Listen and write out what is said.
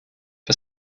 for